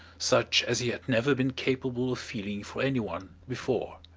such as he had never been capable of feeling for any one before.